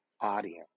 audience